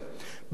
בנוסף,